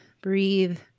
Breathe